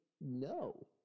no